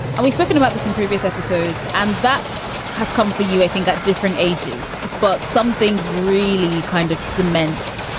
we've spoken about this in previous episodes and that has come for you, i think, at different ages. but something's really kind of cement,